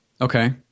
Okay